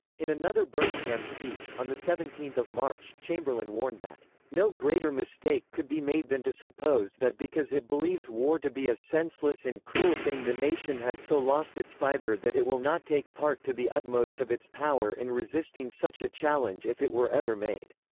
in another birmingham speech, on seventeen march, chamberlain warned that no greater mistake could be made than to suppose that because it believes war to be a senseless and cruel thing the nation has so lost its fibre that it will not take part to the utmost of its power in resisting such a challenge if it were ever made.